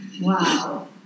Wow